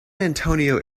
antonio